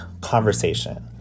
conversation